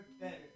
better